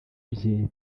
bye